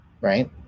right